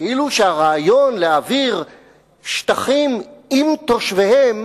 כאילו שהרעיון להעביר שטחים עם תושביהם